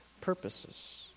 purposes